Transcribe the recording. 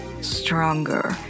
stronger